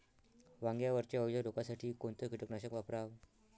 वांग्यावरच्या अळीले रोकासाठी कोनतं कीटकनाशक वापराव?